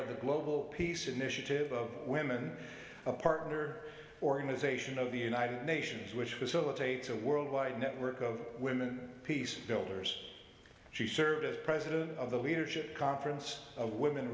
of the global peace initiative of women a partner organization of the united nations which facilitates a worldwide network of women peace builders she served as president of the leadership conference of women